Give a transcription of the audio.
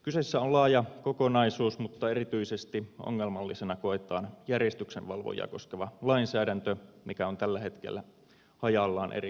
kyseessä on laaja kokonaisuus mutta erityisesti ongelmallisena koetaan järjestyksenvalvojia koskeva lainsäädäntö mikä on tällä hetkellä hajallaan eri laeissa